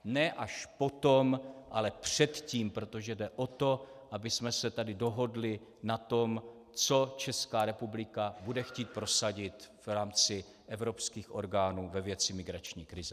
Ne až potom, ale předtím, protože jde o to, abychom se tady dohodli na tom, co Česká republika bude chtít prosadit v rámci evropských orgánů ve věci migrační krize.